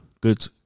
good